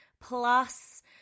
plus